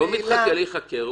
לא מתחנן להיחקר.